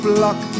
Block